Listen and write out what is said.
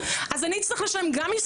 אז אני אצטרך גם מסחרי.